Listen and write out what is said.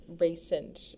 recent